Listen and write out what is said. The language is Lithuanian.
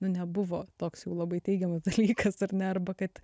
nu nebuvo toks jau labai teigiamas dalykas ar ne arba kad